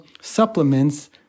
supplements